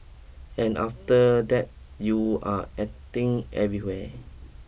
and after that you are aching everywhere